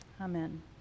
Amen